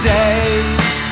days